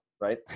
right